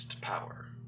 power